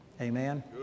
Amen